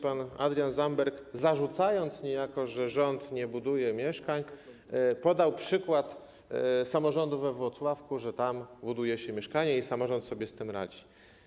Pan Adrian Zandberg zarzucając niejako rządowi, że nie buduje mieszkań, podał przykład samorządu we Włocławku, że tam buduje się mieszkania i samorząd sobie z tym radzi.